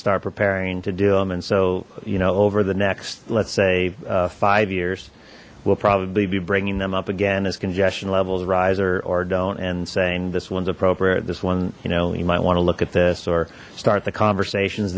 start preparing to do them and so you know over the next let's say five years we'll probably be bringing them up again as congestion levels riser or don't and saying this one's appropriate this one you know you might want to look at this or start the conversations